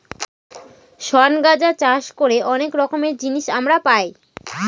শন গাঁজা চাষ করে অনেক রকমের জিনিস আমরা পাই